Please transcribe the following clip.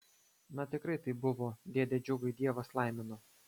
na tikrai taip buvo dėde džiugai dievas laimino